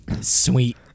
Sweet